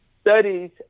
studies